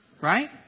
Right